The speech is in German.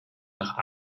nach